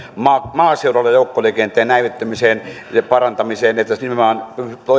maaseudulla joukkoliikenteen näivettymiseen ja parantamiseen että nimenomaan